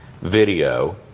video